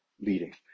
leading